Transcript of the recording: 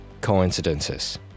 coincidences